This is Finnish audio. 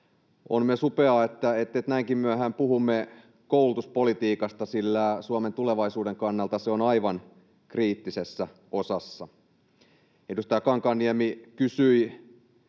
On myös upeaa, että näinkin myöhään puhumme koulutuspolitiikasta, sillä Suomen tulevaisuuden kannalta se on aivan kriittisessä osassa. Edustaja Kankaanniemi kysyi